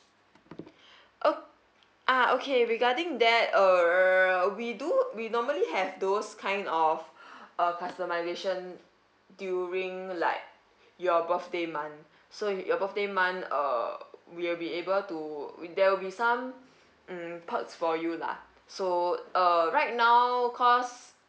o~ ah okay regarding that err we do we normally have those kind of uh customisation during like your birthday month so your birthday month uh we'll be able to there will be some hmm perks for you lah so uh right now cause